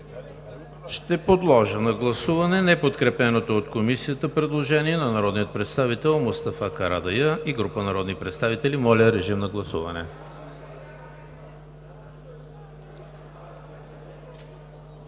Подлагам на гласуване неподкрепеното от Комисията предложение на народния представител Мустафа Карадайъ и група народни представители. Гласували